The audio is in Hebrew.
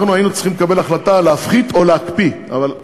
אנחנו צריכים להחליט על הפחתת השכר,